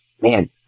Man